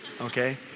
Okay